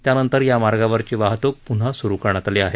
त्यानंतर या मार्गावरची वाहतूक प्न्हा सुरू करण्यात आली आहे